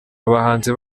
abahanzi